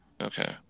Okay